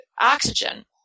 oxygen